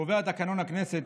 קובע תקנון הכנסת,